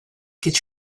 get